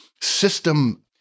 system